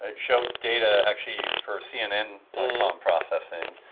ah showed data actually for cnn dot com processing.